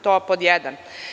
To je pod jedan.